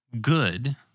good